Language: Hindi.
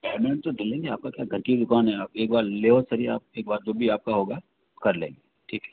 पेमेंट तो ले लेंगे आपका क्या घर की दुकान है आप एक बार ले तो जाओ एक बार जो भी आपका होगा कर लेंगे ठीक है